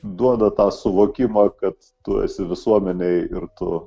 duoda tą suvokimą kad tu esi visuomenėj ir tu